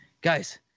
guys